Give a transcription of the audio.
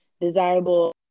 desirable